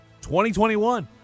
2021